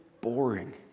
boring